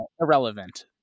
irrelevant